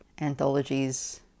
anthologies